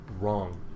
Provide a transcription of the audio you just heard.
wrong